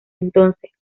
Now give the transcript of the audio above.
entonces